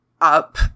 up